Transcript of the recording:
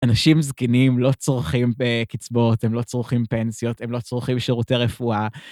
אנשים זקנים לא צורכים בקצבאות, הם לא צורכים פנסיות, הם לא צורכים שירותי רפואה.